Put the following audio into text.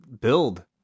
build